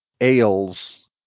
ales